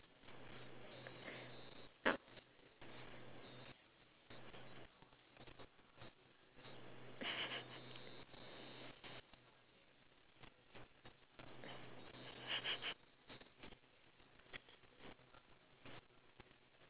yup